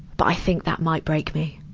but i think that might break me.